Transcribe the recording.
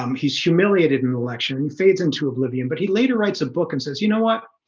um he's humiliated in the election fades into oblivion, but he later writes a book and says you know what?